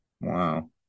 Wow